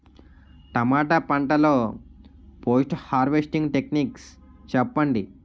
టమాటా పంట లొ post harvesting techniques చెప్పండి?